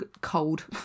cold